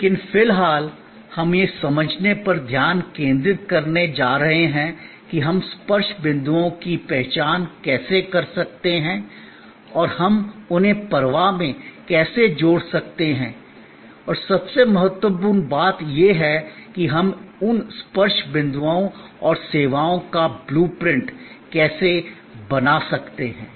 लेकिन फिलहाल हम यह समझने पर ध्यान केंद्रित करने जा रहे हैं कि हम स्पर्श बिंदुओं की पहचान कैसे कर सकते हैं और हम उन्हें प्रवाह में कैसे जोड़ सकते हैं और सबसे महत्वपूर्ण बात यह है कि हम उन स्पर्श बिंदुओं और सेवाओं का ब्लू प्रिंट कैसे बना सकते हैं या बना सकते हैं